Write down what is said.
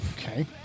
Okay